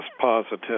positive